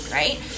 right